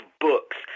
books